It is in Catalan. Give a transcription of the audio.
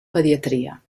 pediatria